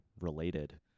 related